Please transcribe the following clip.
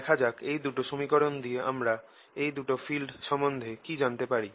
দেখা যাক এই দুটো সমীকরণ দিয়ে আমরা এই দুটো ফিল্ড সম্বন্ধে কি জানতে পারি